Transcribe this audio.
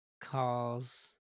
calls